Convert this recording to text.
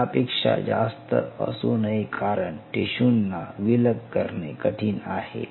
त्यापेक्षा जास्त असू नये कारण टिशूना विलग करणे कठीण आहे